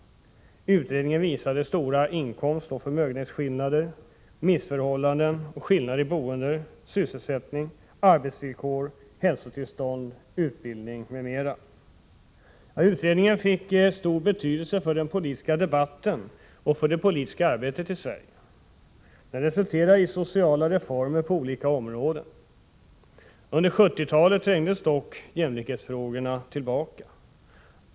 Utredningen visade stora inkomstoch förmögenhetsskillnader samt missförhållanden och m.m. Utredningen fick stor betydelse för den politiska debatten och för det Onsdagen den politiska arbetet i Sverige. Den resulterade i sociala reformer på olika 24 oktober 1984 områden. Under 1970-talet trängdes dock jämlikhetsfrågorna tillbaka.